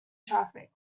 traffic